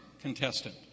contestant